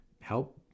help